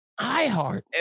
IHeart